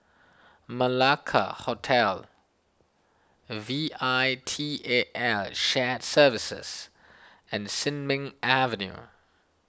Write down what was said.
Malacca Hotel V I T A L Shared Services and Sin Ming Avenue